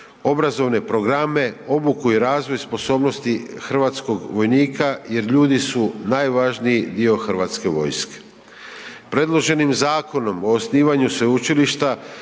obrazovne programe, obuku i razvoj sposobnosti hrvatskog vojnika jer ljudi su najvažniji dio Hrvatske vojske. Predloženim zakonom o osnivanju Sveučilišta,